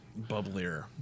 Bubblier